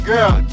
Girl